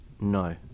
No